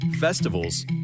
festivals